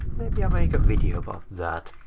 maybe i make a video about that.